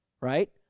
right